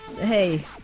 Hey